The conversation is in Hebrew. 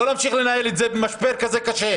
לא להמשיך לנהל את זה במשבר כזה קשה.